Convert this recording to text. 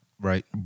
right